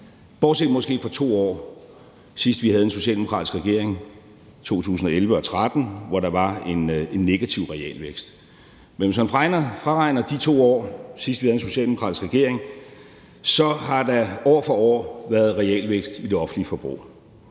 bortset måske fra 2 år, sidst vi havde en socialdemokratisk regering, i 2011 og 2013, hvor der var en negativ realvækst. Men hvis man fraregner de 2 år, sidst vi havde en socialdemokratisk regering, så har der år for år været realvækst i det offentlige forbrug,